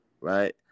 right